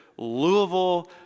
Louisville